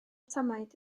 tamaid